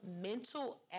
mental